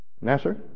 Nasser